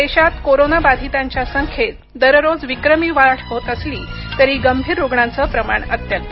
देशात कोरोना बाधितांच्या संख्येत दररोज विक्रमी वाढ होत असली तरी गंभीर रुग्णांचं प्रमाण अत्यल्प